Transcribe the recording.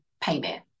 payment